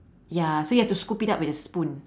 ya so you have to scoop it up with a spoon